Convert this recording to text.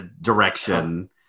direction